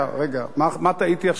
רגע, מה טעיתי עכשיו?